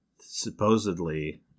Supposedly